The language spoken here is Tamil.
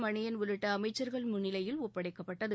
மணியன் உள்ளிட்ட அமைச்சர்கள் முன்னிலையில் ஒப்படைக்கப்பட்டது